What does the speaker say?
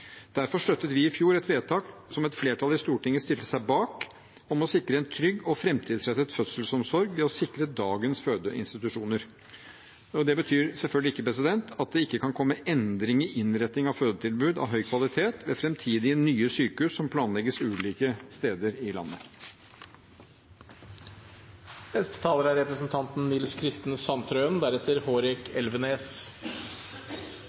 Derfor støttet vi i fjor et forslag som et flertall i Stortinget stilte seg bak, om å sikre en trygg og framtidsrettet fødselsomsorg ved å sikre dagens fødeinstitusjoner. Det betyr selvfølgelig ikke at det ikke kan komme endringer i innretningen av fødetilbud av høy kvalitet ved framtidige nye sykehus som planlegges ulike steder i